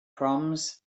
proms